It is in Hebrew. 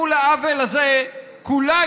מול העוול הזה כולנו,